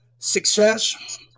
Success